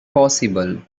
possible